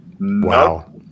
wow